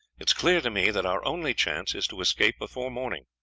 it is clear to me that our only chance is to escape before morning.